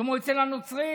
כמו אצל הנוצרים.